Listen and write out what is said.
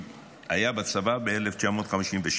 היה בצבא ב-1956